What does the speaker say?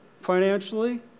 financially